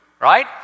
right